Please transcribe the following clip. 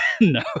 No